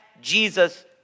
Jesus